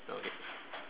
now okay